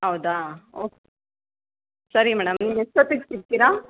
ಹೌದಾ ಓ ಸರಿ ಮೇಡಮ್ ನೀವು ಎಷ್ಟೊತ್ತಿಗೆ ಸಿಗ್ತೀರಾ